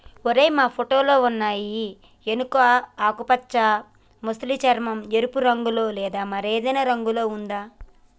ఓరై మా ఫోటోలో ఉన్నయి ఎనుక ఆకుపచ్చ మసలి చర్మం, ఎరుపు రంగులో లేదా మరేదైనా రంగులో ఉందా